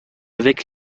avec